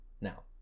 Now